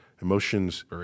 Emotions